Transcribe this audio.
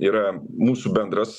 yra mūsų bendras